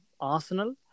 Arsenal